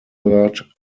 third